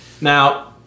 Now